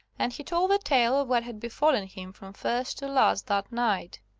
and he told the tale of what had befallen him from first to last that night.